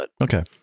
Okay